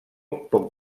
poc